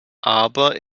aber